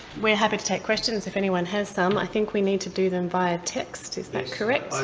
we're happy to take questions if anyone has some. i think we need to do them via text, is that correct?